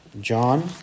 John